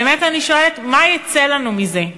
באמת אני שואלת, מה יצא לנו מזה?